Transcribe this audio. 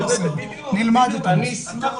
נלמד את הנושא.